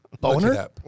boner